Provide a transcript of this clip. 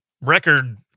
record